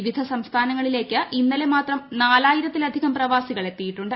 വിവിധ സംസ്ഥാനങ്ങളിലേക്ക് ഇന്നലെ മാത്രം നാലായിര്ത്തിലധികം പ്രവാസികൾ എത്തിയിട്ടുണ്ട്